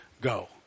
go